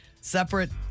separate